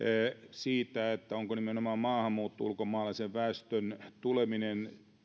siitä onko nimenomaan maahanmuutto ulkomaalaisen väestön tuleminen